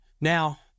Now